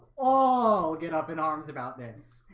ah get up in arms about this.